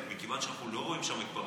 מכיוון שאנחנו לא רואים שם התפרצות,